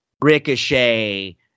Ricochet